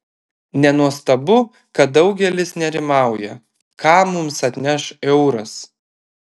nenuostabu kad daugelis nerimauja ką mums atneš euras